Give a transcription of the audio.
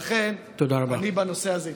לכן, אני בנושא הזה אתמוך.